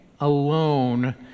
alone